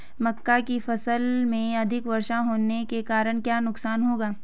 मक्का की फसल में अधिक वर्षा होने के कारण क्या नुकसान होगा?